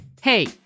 Hey